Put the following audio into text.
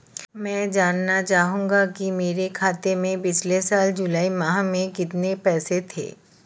मैं जानना चाहूंगा कि मेरे खाते में पिछले साल जुलाई माह में कितने पैसे थे?